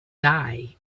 die